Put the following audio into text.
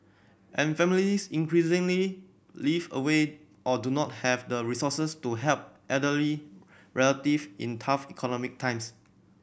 and families increasingly live away or do not have the resources to help elderly relative in tough economic times